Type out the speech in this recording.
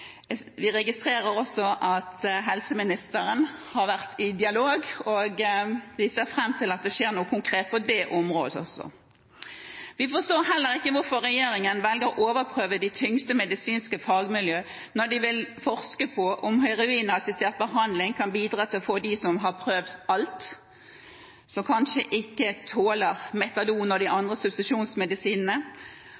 Vi registrerer også at helseministeren har vært i dialog, og vi ser fram til at det skjer noe konkret på det området også. Vi forstår heller ikke hvorfor regjeringen velger å overprøve de tyngste medisinske fagmiljøene når de vil forske på om heroinassistert behandling kan bidra til å få dem som har prøvd alt, som kanskje ikke tåler metadon eller de andre substitusjonsmedisinene, til å komme vekk fra jaget etter rus, og